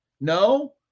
No